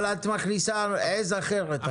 אבל את מכניסה עכשיו עז אחרת.